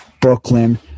Brooklyn